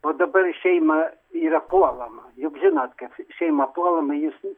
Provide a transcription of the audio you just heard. o dabar šeima yra puolama juk žinot kaip šeima puolama jis